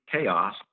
chaos